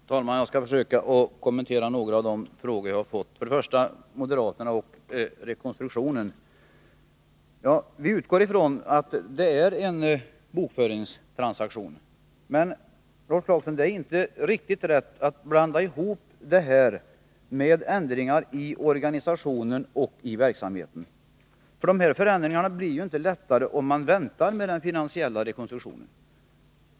Fru talman! Jag skall försöka kommentera några av de frågor som jag har fått. Först moderaterna och rekonstruktionen. Vi utgår ifrån att det är en bokföringstransaktion, men det är inte riktigt rätt, Rolf Clarkson, att blanda ihop detta med ändringar av organisationen och verksamheten. Ändringarna blir ju inte lättare, om man väntar med den finansiella rekonstruktionen.